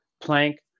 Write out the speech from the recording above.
plank